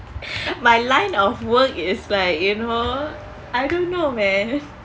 my line of work is like you know I don't know man